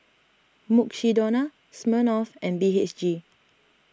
Mukshidonna Smirnoff and B H G